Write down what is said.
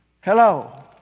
Hello